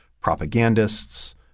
propagandists